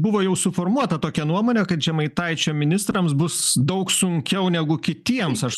buvo jau suformuota tokia nuomonė kad žemaitaičio ministrams bus daug sunkiau negu kitiems aš